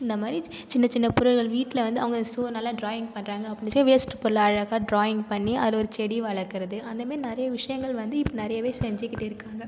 இந்தமாதிரி சின்ன சின்னப் பொருள்கள் வீட்டில் வந்து அவங்க ஸோ நல்ல ட்ராயிங் பண்ணுறாங்க அப்படின்ச்சே வேஸ்ட்டு பொருள் அழகா ட்ராயிங் பண்ணி அதில் ஒரு செடி வளர்க்குறது அந்தமாரி நிறைய விஷயங்கள் வந்து இப்போ நிறையவே செஞ்சுகிட்டு இருக்காங்கள்